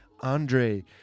Andre